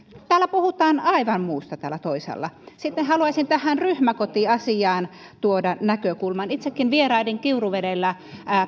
täällä toisaalla puhutaan aivan muusta sitten haluaisin tähän ryhmäkotiasiaan tuoda näkökulman itsekin vierailin kiuruvedellä